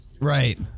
Right